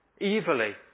evilly